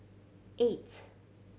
eight